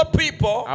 people